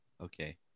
Okay